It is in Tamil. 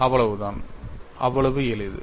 அவ்வளவுதான் அவ்வளவு எளிது